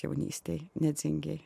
jaunystėj nedzingėj